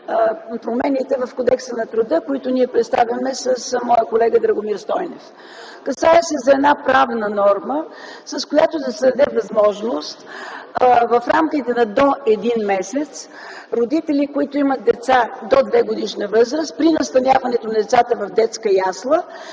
промените в Кодекса на труда, които ние представяме с моя колега Драгомир Стойнев. Касае се за една правна норма, с която да се даде възможност в рамките на до един месец родители, които имат деца до 2-годишна възраст, при настаняването на децата в детска ясла